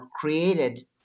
created